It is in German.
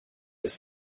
ist